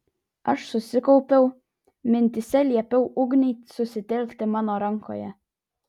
aš susikaupiau mintyse liepiau ugniai susitelkti mano rankoje